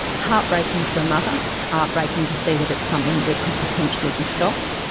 heartbreaking for a mother, heartbreaking to see that it's something that could potentially be stopped.